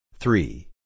Three